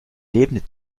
lebende